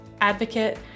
advocate